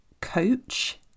coach